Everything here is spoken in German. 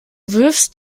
wirfst